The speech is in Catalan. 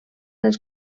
els